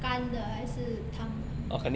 干的还是汤的